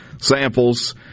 samples